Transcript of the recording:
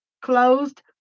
closed